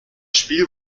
spiel